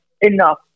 enough